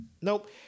Nope